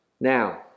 Now